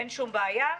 אין שום בעיה.